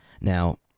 Now